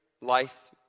life